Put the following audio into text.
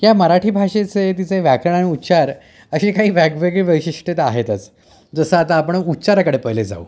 या मराठी भाषेचे तिचे व्याकरण आणि उच्चार अशी काही वेगवेगळी वैशिष्ट्यं तर आहेतच जसं आता आपण उच्चाराकडे पहिले जाऊ